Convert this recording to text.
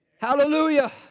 Hallelujah